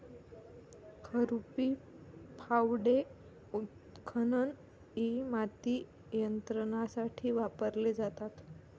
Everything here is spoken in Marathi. खुरपी, फावडे, उत्खनन इ माती नियंत्रणासाठी वापरले जातात